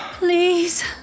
Please